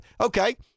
okay